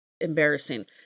embarrassing